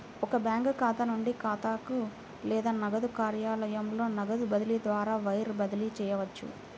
ఒక బ్యాంకు ఖాతా నుండి ఖాతాకు లేదా నగదు కార్యాలయంలో నగదు బదిలీ ద్వారా వైర్ బదిలీ చేయవచ్చు